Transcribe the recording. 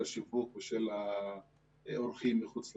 של השיווק ושל האורחים מחוץ לארץ,